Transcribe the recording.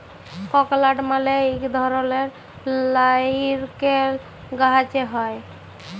ককলাট মালে ইক ধরলের লাইরকেল গাহাচে হ্যয়